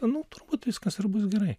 nu turbūt viskas bus gerai